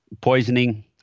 poisoning